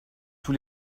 tous